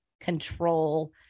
control